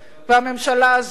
והממשלה הזאת,